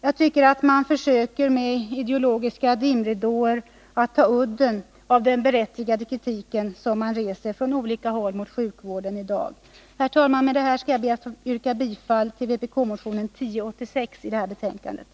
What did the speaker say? Jag tycker att man försöker att med ideologiska dimridåer ta udden av den berättigade kritiken från olika håll mot sjukvården i dag. Herr talman! Med det sagda ber jag att få yrka bifall till vpk-motionen 1086.